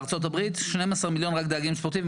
בארצות הברית 12 מיליון רק דייגים ספורטיביים,